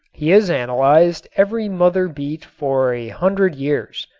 he has analyzed every mother beet for a hundred years.